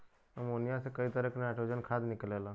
ammonia से कई तरह क नाइट्रोजन खाद निकलेला